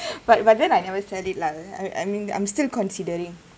but but then I never sell it lah I I mean I'm still considering